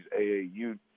AAU